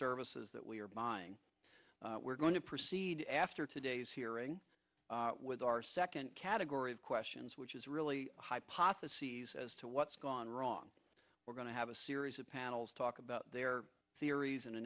services that we are buying we're going to proceed after today's hearing with our second category of questions which is really hypotheses as to what's gone wrong we're going to have a series of panels talk about their series an